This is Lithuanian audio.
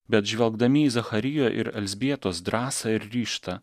bet žvelgdami į zacharijo ir elzbietos drąsą ir ryžtą